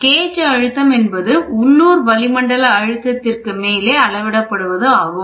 gauge அழுத்தம் என்பது உள்ளூர் வளிமண்டல அழுத்தத்திற்கு மேலே அளவிடப்படுவது ஆகும்